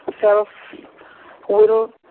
self-will